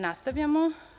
Nastavljamo.